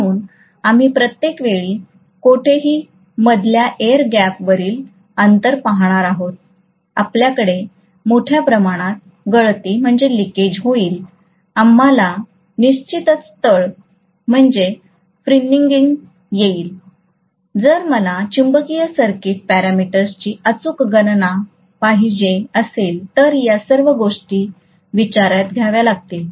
म्हणून आम्ही प्रत्येक वेळी कोठेही मधल्या एअर गॅपवरील अंतर पाहणार आहोत आपल्याकडे मोठ्या प्रमाणात गळती होईल आम्हाला निश्चितच तळ येईल जर मला चुंबकीय सर्किट पॅरामीटर्सची अचूक गणना पाहिजे असेल तर या सर्व गोष्टी विचारात घ्याव्या लागतील